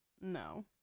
no